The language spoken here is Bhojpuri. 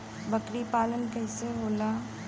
बकरी पालन कैसे होला?